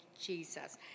Jesus